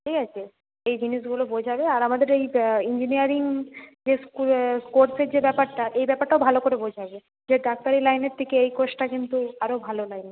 ঠিক আছে এই জিনিসগুলো বোঝাবে আর আমাদের এই ইঞ্জিনিয়ারিং যে কোর্সের যে ব্যাপারটা এই ব্যাপারটাও ভালো করে বোঝাবে যে ডাক্তারি লাইনের থেকে এই কোর্সটা কিন্তু আরও ভালো লাইন